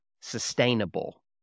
sustainable